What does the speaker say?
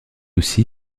aussi